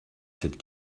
cette